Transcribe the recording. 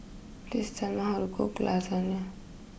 please tell me how to cook Lasagne